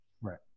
Right